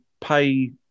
pay